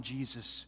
Jesus